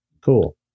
cool